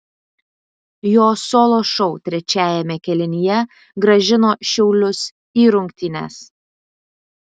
jo solo šou trečiajame kėlinyje grąžino šiaulius į rungtynes